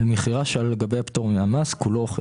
על מכירה שחל לגביה פטור מהמס, כולו או חלקו,